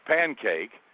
Pancake